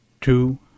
two